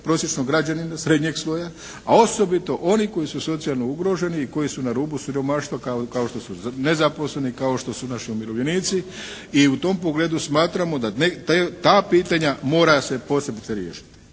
prosječnog građanina, srednjeg sloja a osobito onih koji su socijalno ugroženi i koji su na rubu siromaštva kao što su nezaposleni, kao što su naši umirovljenici. I u tom pogledu smatramo da ta pitanja mora se posebice riješiti.